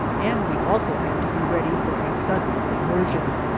and we also had to be ready for a sudden submersion.